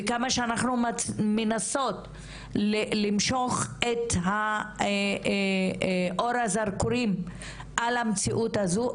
וכמה שאנחנו מנסות למשוך את אור הזרקורים על המציאות הזו,